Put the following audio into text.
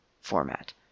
format